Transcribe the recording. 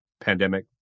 pandemic